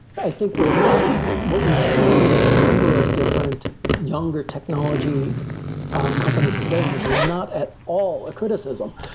i think with what we've seen with a number of different younger technology companies today, and this is not at all a criticism.